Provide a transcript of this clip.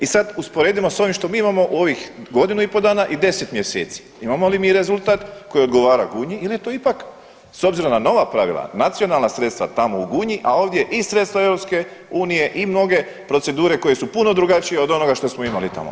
I sad usporedimo što mi imamo u ovih godinu i po dana i 10 mjeseci, imamo li mi rezultat koji odgovara Gunji ili je to ipak, s obzirom na nova pravila, nacionalna sredstva tamo u Gunji, a ovdje i sredstva Europske unije i mnoge procedure koje su punu drugačije od onoga što smo imali tamo.